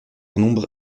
nombre